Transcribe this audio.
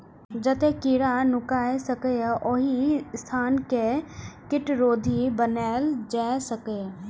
जतय कीड़ा नुकाय सकैए, ओहि स्थान कें कीटरोधी बनाएल जा सकैए